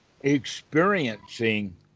experiencing